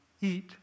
eat